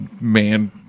man